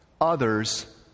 others